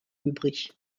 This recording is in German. übrig